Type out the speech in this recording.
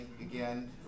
again